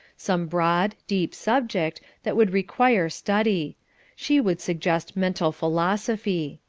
some broad, deep subject, that would require study she would suggest mental philosophy.